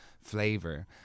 flavor